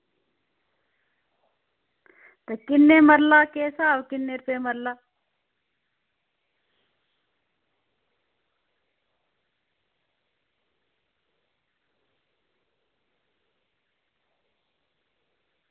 किन्ने मरला केह् स्हाब किन्ने रपेऽ मरला